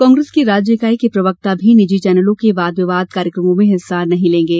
कांग्रेस की राज्य इकाई के प्रवक्ता भी निजी चैनलों के वादविवाद कार्यक्रमों में हिस्सा नहीं लेंगे